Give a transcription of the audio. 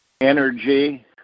energy